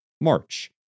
March